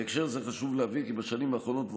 בהקשר זה חשוב להבהיר כי בשנים האחרונות,